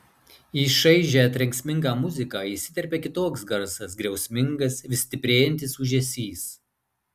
į šaižią trenksmingą muziką įsiterpia kitoks garsas griausmingas vis stiprėjantis ūžesys